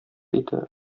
иде